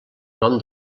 nom